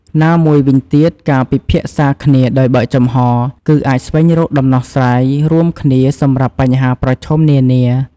ណាមួយវិញទៀត ការពិភាក្សាគ្នាដោយបើកចំហរ គឺអាចស្វែងរកដំណោះស្រាយរួមគ្នាសម្រាប់បញ្ហាប្រឈមនានា។